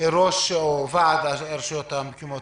עם ראש ועד הרשויות המקומיות.